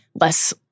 less